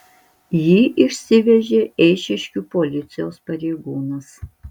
jį išsivežė eišiškių policijos pareigūnas